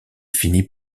finit